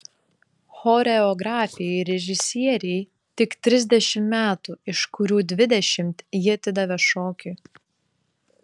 choreografei režisierei tik trisdešimt metų iš kurių dvidešimt ji atidavė šokiui